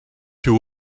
you